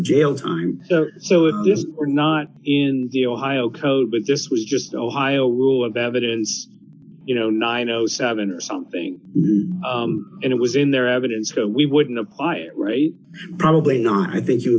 jail time so if this were not in the ohio code but this was just ohio rule of evidence you know nine o seven or something and it was in their evidence so we wouldn't apply it right probably not i think you